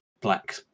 black